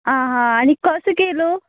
आं हां आनी कसो किलो